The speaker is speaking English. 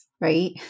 right